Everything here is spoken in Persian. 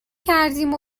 کردیم